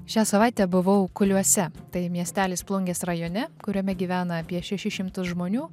šią savaitę buvau kuliuose tai miestelis plungės rajone kuriame gyvena apie šešis šimtus žmonių